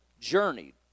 journeyed